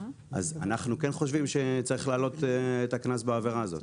אז אנחנו כן חושבים שצריך להעלות את הקנס בעבירה הזאת,